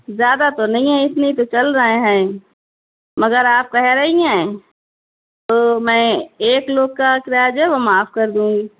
زیادہ تو نہیں ہیں اتنے تو چل رہے ہیں مگر آپ کہہ رہی ہیں تو میں ایک لوگ کا کرایہ جو ہے وہ معاف کردوں گی